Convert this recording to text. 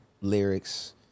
lyrics